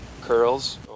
curls